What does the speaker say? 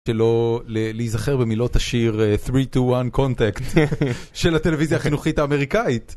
שלא להיזכר במילות השיר 321 Contact של הטלוויזיה החינוכית האמריקאית.